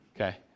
okay